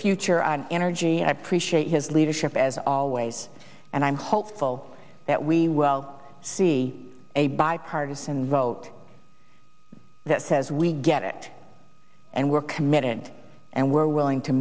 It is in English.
future on energy and i appreciate his leadership as always and i'm hopeful that we will see a bipartisan vote that says we get it and we're committed and we're willing to